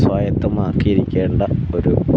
സ്വായത്തമാക്കിയിരിക്കേണ്ട ഒരു